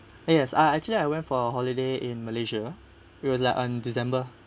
yes I I actually I went for a holiday in malaysia it was like on december